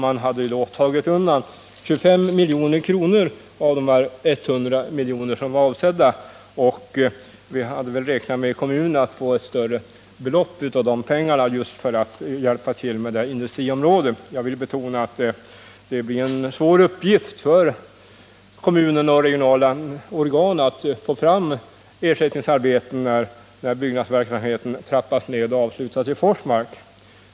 Man hade tagit undan 25 milj.kr. av de 100 milj.kr. som det var avsett att man skulle få, och vi hade i kommunen räknat med att få en större del av de pengarna just för att hjälpa till med industriområdet. Jag vill betona att det blir en svår uppgift för kommunen och de regionala organen att få fram ersättningsarbeten då byggnadsverksamheten trappas ned och avslutas i Forsmark.